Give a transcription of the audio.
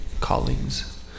callings